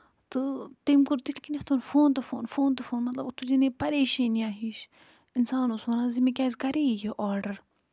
تہٕ تٔمۍ کوٚر تِتھٕ کٔنٮ۪تھ فون تہٕ فون فون تہٕ فون مطلب تُجِن یہِ پَریشٲنیا ہِش اِنسان اوس وَنان زِ مےٚ کیٛازِ کریے یہِ آرڈر